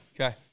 okay